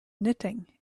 knitting